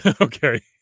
Okay